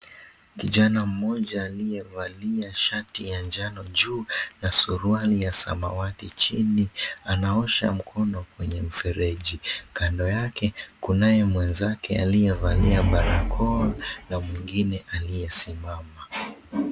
Kijana mmoja aliyevalia shati ya njano juu na suruali ya samawati chini anaosha mkono kwenye mfereji. Kando yake kunaye mwenzake aliyevalia barakoa na mwingine aliye simama.